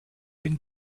bin